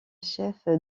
chef